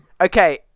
Okay